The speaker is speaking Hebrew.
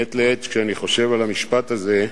מעת לעת, כשאני חושב על המשפט הזה,